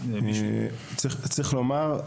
צריך לומר,